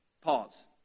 Pause